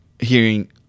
hearing